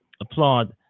applaud